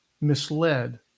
misled